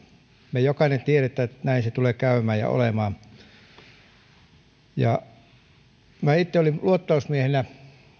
me jokainen tiedämme että näin se tulee käymään ja olemaan minä itse olin luottamusmiehenä